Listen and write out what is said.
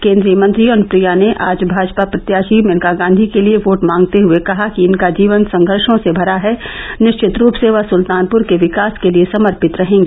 केन्द्रीय मंत्री अनुप्रिया ने भाजपा प्रत्याशी मेनका गाँधी के लिए वोट मांगते हुए कहा कि इनका जीवन संघर्षो भरा है निश्चित रूप से वह सुल्तानपुर के विकास के लिए वह समर्पित रहेंगी